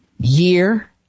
year